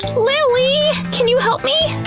lilly! can you help me?